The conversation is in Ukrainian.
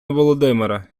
володимире